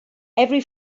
every